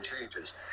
changes